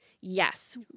yes